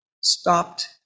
stopped